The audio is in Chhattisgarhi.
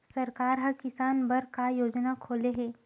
सरकार ह किसान बर का योजना खोले हे?